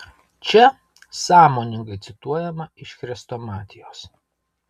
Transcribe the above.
čia sąmoningai cituojama iš chrestomatijos